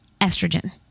Estrogen